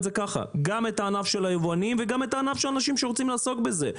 גם את הענף של היבואנים וגם את הענף של אנשים שרוצים לעסוק בזה.